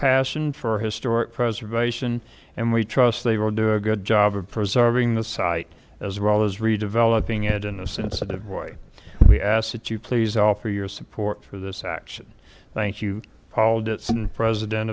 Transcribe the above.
passion for historic preservation and we trust they will do a good job of preserving the site as well as redeveloping it in a sensitive way we ask that you please offer your support for this action thank you p